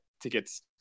tickets